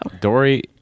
Dory